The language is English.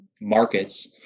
markets